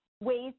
ways